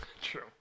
True